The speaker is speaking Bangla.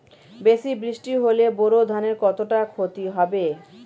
বেশি বৃষ্টি হলে বোরো ধানের কতটা খতি হবে?